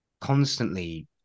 constantly